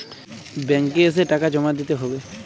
Bank এ এসে টাকা জমা দিতে হবে?